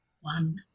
one